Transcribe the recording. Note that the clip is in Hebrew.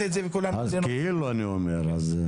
כנראה,